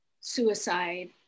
suicide